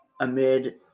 amid